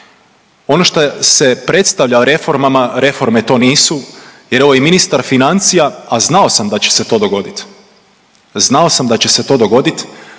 Ono šta se predstavlja reformama reforme to nisu jer evo i ministar financija, a znao sam da će se to dogoditi, znao sam da će se to dogoditi,